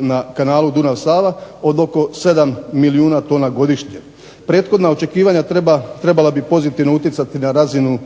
na kanalu Dunav – Sava od oko 7 milijuna tona godišnje. Prethodna očekivanja trebala bi pozitivno utjecati na razinu